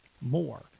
more